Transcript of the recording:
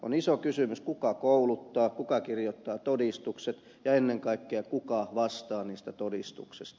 on iso kysymys kuka kouluttaa kuka kirjoittaa todistukset ja ennen kaikkea kuka vastaa niistä todistuksista